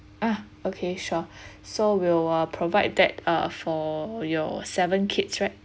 ah okay sure so we'll provide that uh for your seven kids right